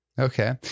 Okay